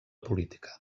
política